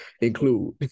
include